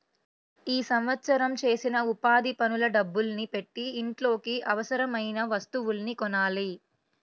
ఈ సంవత్సరం చేసిన ఉపాధి పనుల డబ్బుల్ని పెట్టి ఇంట్లోకి అవసరమయిన వస్తువుల్ని కొనాలి